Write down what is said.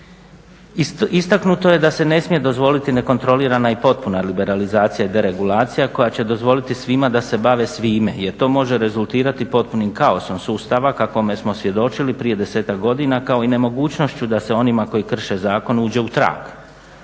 Istaknuto je da se ne smije dozvoliti nekontrolirana i potpuna liberalizacija i deregulacija koja će dozvoliti svima da se bave svime jer to može rezultirati potpunim kaosom sustava kakvome smo svjedočili prije desetak godina kao i nemogućnošću da se onima koji krše u zakonu uđe u trag.